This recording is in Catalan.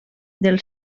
del